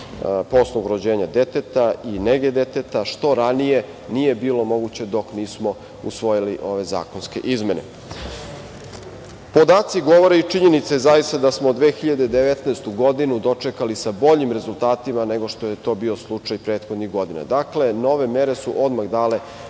osnovu rođenja deteta i nege deteta, što ranije nije bilo moguće dok nismo usvojili ove zakonske izmene. Podaci govore i činjenica je zaista da smo 2019. godinu dočekali sa boljim rezultatima nego što je to bio slučaj prethodnih godina. Dakle, nove mere su odmah dale